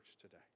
today